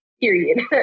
period